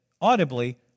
audibly